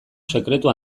sekretu